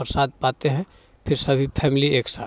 प्रसाद पाते हैं फिर सभी फैमिली एक साथ